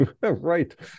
right